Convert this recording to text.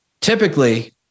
Typically